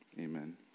Amen